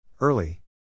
Early